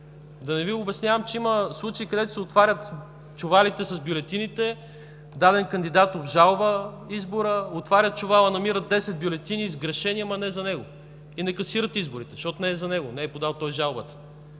Да не Ви обяснявам, че има случаи, където се отварят чувалите с бюлетините, даден кандидат обжалва избора – отваря чувала, намира десет сгрешени бюлетини, ама не за него, и не касират изборите, защото не е за него, той не е подал жалбата,